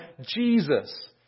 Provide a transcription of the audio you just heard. Jesus